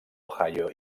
ohio